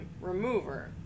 remover